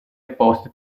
opposte